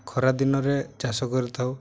ଖରା ଦିନରେ ଚାଷ କରିଥାଉ